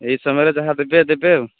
ଏଇ ସମୟରେ ଯାହା ଦେବେ ଦେବେ ଆଉ